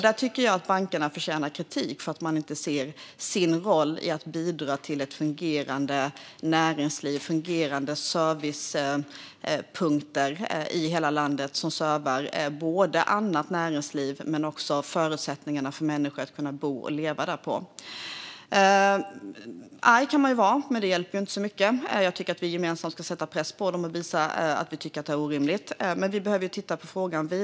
Jag tycker att bankerna förtjänar kritik för att de inte ser sin roll i att bidra till ett fungerande näringsliv och fungerande servicepunkter i hela landet, som både servar annat näringsliv och ger människor förutsättningar att bo och leva. Arg kan man vara, men det hjälper inte så mycket. Jag tycker att vi gemensamt ska sätta press på dem och visa att vi tycker att detta är orimligt. Men vi behöver titta vidare på frågan.